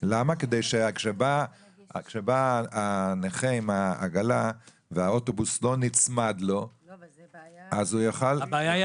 כדי שכשהנכה עם העגלה בא והאוטובוס לא נצמד לו --- הבעיה היא